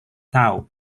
tau